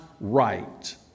right